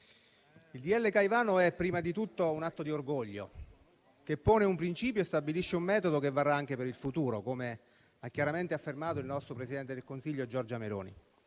Caivano è prima di tutto un atto di orgoglio che pone un principio e stabilisce un metodo che varrà anche per il futuro, come ha chiaramente affermato il nostro Presidente del Consiglio Giorgia Meloni.